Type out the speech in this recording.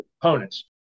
components